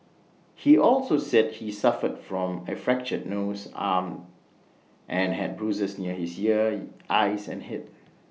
he also said he suffered from A fractured nose arm and had bruises near his ear eyes and Head